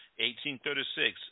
1836